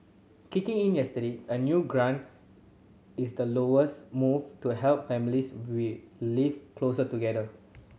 kicking in yesterday a new grant is the lowest move to help families live closer together